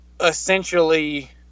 essentially